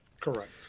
correct